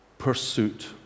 pursuit